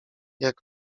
jak